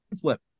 flip